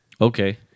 Okay